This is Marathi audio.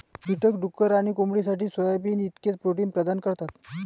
कीटक डुक्कर आणि कोंबडीसाठी सोयाबीन इतकेच प्रोटीन प्रदान करतात